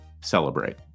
celebrate